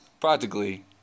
practically